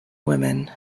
women